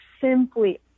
simply